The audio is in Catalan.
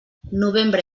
novembre